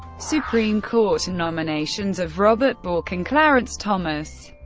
supreme court nominations of robert bork and clarence thomas.